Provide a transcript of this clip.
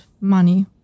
money